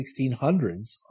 1600s